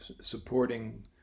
supporting